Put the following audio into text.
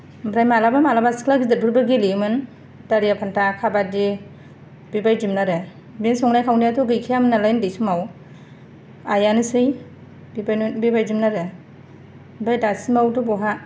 ओमफ्राय मालाबा मालाबा सिख्ला गेदेरफोरबो गेलेयोमोन दारिया फान्था खाबादि बेबायदिमोन आरो बे संनाय खावनायाथ' गैखायामोन नालाय उन्दै समाव आइयानोसै बेफोरनो बेबायदिमोन आरो ओमफ्राय दासिमावथ' बहा